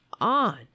on